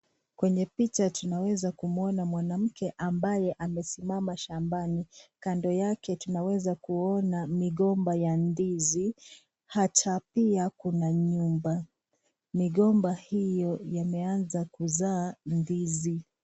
Kwenye picha tunaweza kumwona mwanamke ambaye amesimama shambani kando yake tunaweza kuona migomba ya ndizi hata pia Kuna migomba migombaa hiyo yameanza kuzàa ndizi.